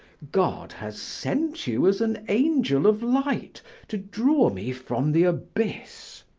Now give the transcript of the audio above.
god has sent you as an angel of light to draw me from the abyss.